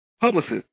publicist